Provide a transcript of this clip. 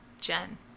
Jen